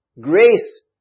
Grace